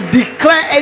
declare